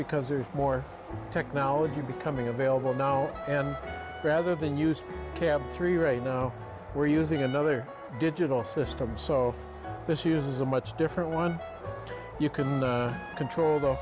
because there's more technology becoming available now and rather than use three right now we're using another digital system so this uses a much different one you can control the